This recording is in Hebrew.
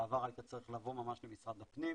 בעבר היית צריך לבוא ממש למשרד הפנים,